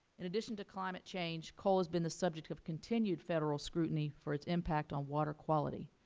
in addition to climate change, coal has been the subject of continued federal scrutiny for its impact on water quality.